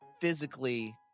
physically